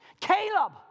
Caleb